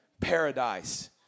paradise